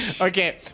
Okay